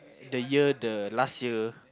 the year the last year